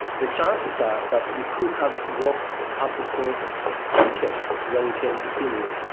the chances are that you could have walked up the stairs quicker when you came to see me.